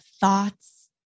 thoughts